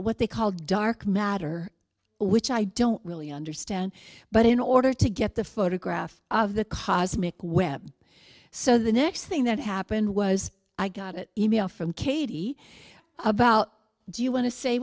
what they called dark matter which i don't really understand but in order to get the photograph of the cosmic web so the next thing that happened was i got it e mail from cady about do you want to say